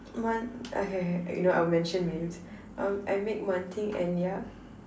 one okay okay you know I'll mention names um I make Wan-Ting Enya